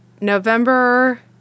november